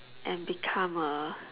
and become a